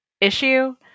issue